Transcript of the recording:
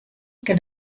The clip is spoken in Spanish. que